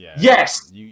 Yes